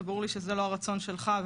וברור לי שזה לא הרצון שלך.